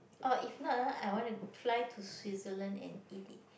oh if not uh I want to fly to Switzerland and eat it